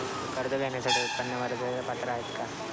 कर्ज घेण्यासाठी उत्पन्नाच्या मर्यदेची पात्रता आहे का?